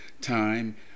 time